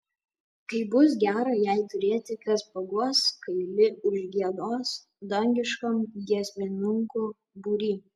kaip bus gera jai turėti kas paguos kai li užgiedos dangiškam giesmininkų būry